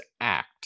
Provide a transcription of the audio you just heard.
Act